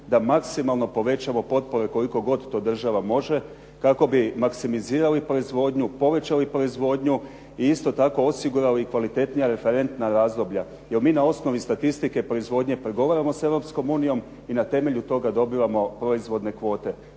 da maksimalno povećamo potpore koliko god to država može kako bi maksimizirali proizvodnju, povećali proizvodnju i isto tako osigurali kvalitetnija, referentna razdoblja. Jer mi na osnovi statistike proizvodnje pregovaramo sa Europskom unijom i na temelju toga dobivamo proizvodne kvote.